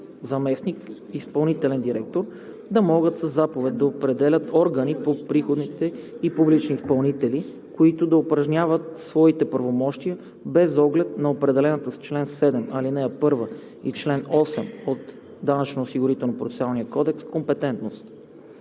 заместник-изпълнителен директор да могат със заповед да определят органи по приходите и публични изпълнители, които да упражняват своите правомощия, без оглед на определената с чл. 7, ал. 1 и чл. 8 от Данъчно-осигурителния процесуален кодекс компетентност.